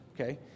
okay